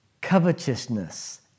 Covetousness